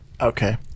Okay